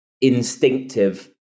instinctive